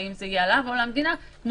האם זה יהיה עליו או על המדינה - כמו